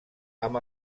amb